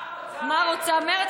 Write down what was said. מה רוצה מרצ?